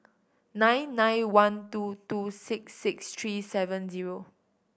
nine nine one two two six six three seven zero